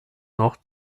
noch